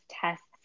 tests